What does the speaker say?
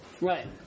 Right